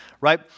right